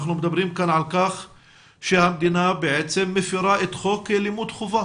אנחנו מדברים כאן על כך שהמדינה בעצם מפרה את חוק לימוד חובה